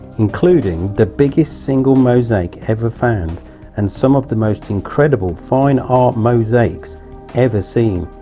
including the biggest single mosaic ever found and some of the most incredible fine art mosaics ever seen.